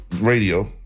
radio